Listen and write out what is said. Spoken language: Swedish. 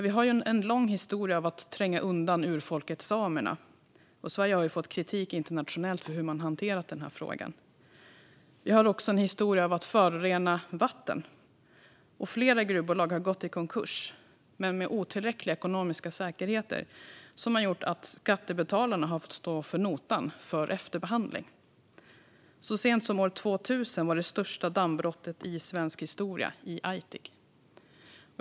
Vi har en lång historia av att tränga undan urfolket samerna, och Sverige har fått kritik internationellt för hur denna fråga har hanterats. Vi har också en historia av att förorena vatten. Flera gruvbolag har gått i konkurs, och otillräckliga ekonomiska säkerheter har gjort att skattebetalarna har fått stå för notan för efterbehandling. Så sent som år 2000 skedde det största dammbrottet i svensk historia, i Aitik.